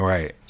Right